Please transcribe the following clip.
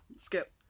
Skip